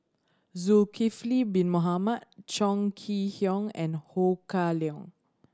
Zulkifli Bin Mohamed Chong Kee Hiong and Ho Kah Leong